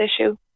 issue